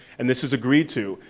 and this was agreed to.